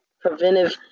preventive